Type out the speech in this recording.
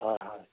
হয় হয়